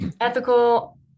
Ethical